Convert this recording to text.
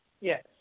Yes